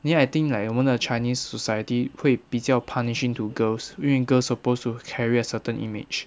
then I think like 我们的 chinese society 会比较 punishing to girls 因为 girls suppose to carry a certain image